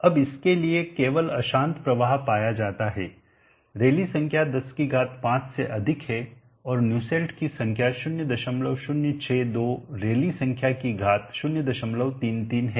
अब इसके लिए केवल अशांत प्रवाह पाया जाता है रैली संख्या 105 से अधिक है और न्यूसेल्ट की संख्या 0062 रैली संख्या की घात 033 है